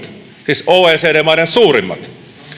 siis oecd maiden suurimmat kuljemme